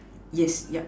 yes yup